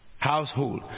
Household